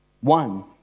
one